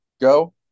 go